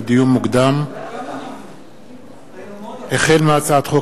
לדיון מוקדם: החל בהצעת חוק